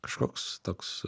kažkoks toks